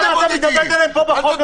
למה אתה מתאבד עליהם פה בחוק הזה?